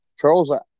Charles